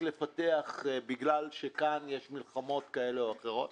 לפתח בגלל שכאן יש מלחמות כאלו או אחרות.